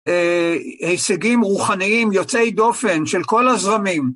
הישגים רוחניים יוצאי דופן של כל הזרמים.